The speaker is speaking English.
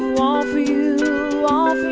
la la.